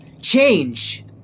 change